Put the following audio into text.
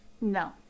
No